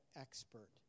expert